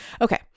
okay